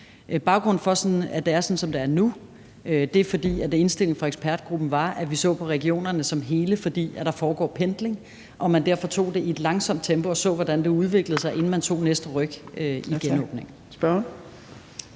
Baggrunden for, at det er, som det er nu, er, at indstillingen fra ekspertgruppen var, at vi så på regionerne som et hele, fordi der foregår pendling, og at man derfor tog det i et langsomt tempo og så, hvordan det udviklede sig, inden man tog næste ryk i genåbningen.